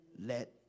let